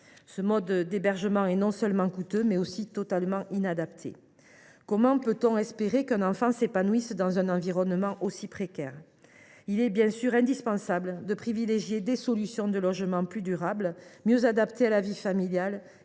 Ce mode d’hébergement est non seulement coûteux, mais aussi totalement inadapté. Comment peut on espérer qu’un enfant s’épanouisse dans un environnement aussi précaire ? Il est indispensable de privilégier des solutions de logement plus durables et mieux adaptées à la vie familiale